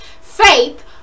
faith